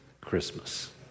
Christmas